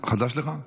זה חדש לך?